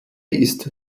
ist